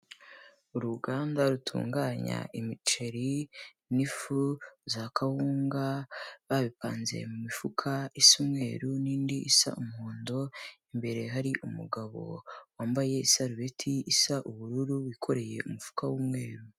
Uruganda rutunganya imiceri n'ifu za kawunga, babipanze mu mifuka isa umweru n'indi isa umuhondo, imbere hari umugabo wambaye isarubeti isa ubururu wikoreye umufuka w'umweru.